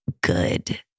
good